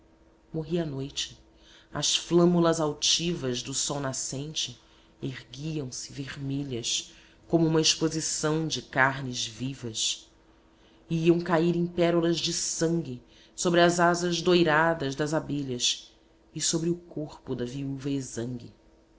morria a noite as flâmulas altivas do sol nascente erguiam-se vermelhas comouma exposição de carnes vivas e iam cair em pérolas de sangue sobre as asas doiradas das abelhas e sobre o corpo da viúva exangue